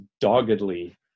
doggedly